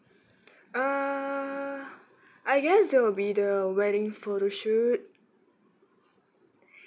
uh I guess there will be the wedding photoshoot